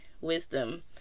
Wisdom